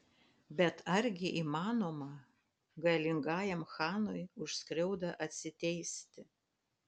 bet argi įmanoma galingajam chanui už skriaudą atsiteisti